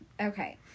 okay